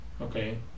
Okay